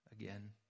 again